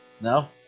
No